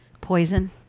poison